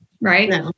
Right